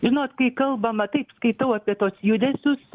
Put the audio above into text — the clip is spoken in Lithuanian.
žinot kai kalbama taip skaitau apie tuos judesius